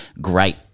great